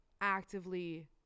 actively